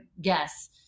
guess